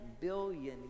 billion